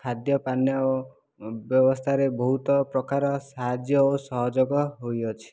ଖାଦ୍ୟ ପାନୀୟ ବ୍ୟବସ୍ଥାରେ ବହୁତ ପ୍ରକାର ସାହାଯ୍ୟ ଓ ସହଯୋଗ ହୋଇଅଛି